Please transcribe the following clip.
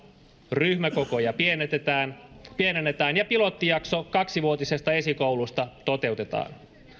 ryhmäkokoja pienennetään pienennetään ja pilottijakso kaksivuotisesta esikoulusta toteutetaan